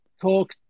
talk